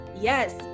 Yes